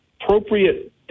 appropriate